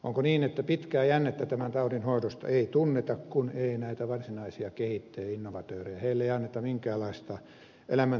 onko niin että pitkää jännettä tämän taudin hoidosta ei tunneta kun ei näille varsinaisille kehittäjille innovatööreille anneta minkäänlaista elämäntyön tunnustusta